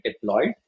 deployed